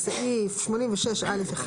בסעיף 86(א)(1),